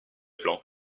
plan